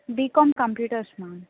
BCom computers madam